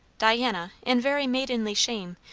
diana, in very maidenly shame,